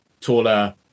taller